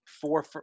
four